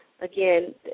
Again